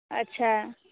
अच्छा